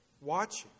watching